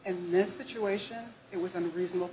and this situation it was unreasonable